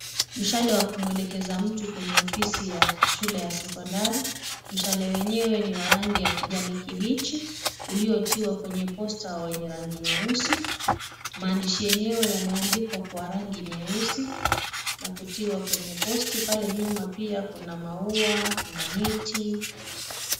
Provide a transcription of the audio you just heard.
Mshale wa kumwelekeza mtu kwenye ofisi ya shule ya sekondari. Mshale wenyewe ni wa rangi ya kijani kibichi uliotiwa kwenye posta wenye rangi nyeusi . Maandishi yenyewe yameandikwa kwa rangi nyeusi na kutiwa kwenye posti . Pale nyuma pia kuna maua, kuna miti.